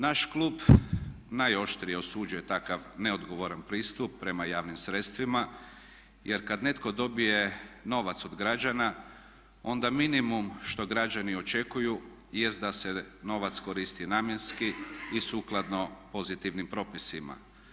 Naš klub najoštrije osuđuje takav neodgovoran pristup prema javnim sredstvima jer kad netko dobije novac od građana onda minimum što građani očekuju jest da se novac koristi namjenski i sukladno pozitivnim propisima.